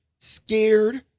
Scared